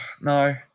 No